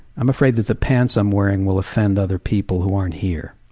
i'm afraid that the pants i'm wearing will offend other people who aren't here.